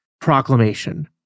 proclamation